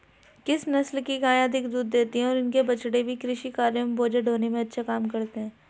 किस नस्ल की गायें अधिक दूध देती हैं और इनके बछड़े भी कृषि कार्यों एवं बोझा ढोने में अच्छा काम करते हैं?